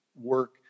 work